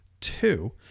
two